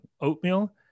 oatmeal